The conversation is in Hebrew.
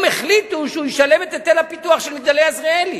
החליטו שהוא ישלם את היטל הפיתוח של "מגדלי עזריאלי".